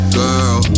girl